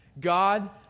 God